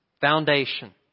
Foundation